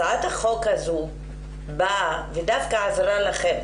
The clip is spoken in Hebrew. הצעת החוק הזאת דווקא עזרה לכם,